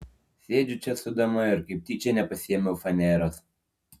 sėdžiu čia su dama ir kaip tyčia nepasiėmiau faneros